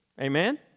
Amen